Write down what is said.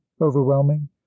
overwhelming